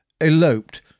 eloped